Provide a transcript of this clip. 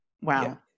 Wow